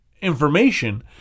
information